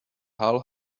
hull